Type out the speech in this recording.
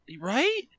Right